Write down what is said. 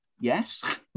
yes